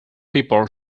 people